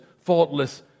faultless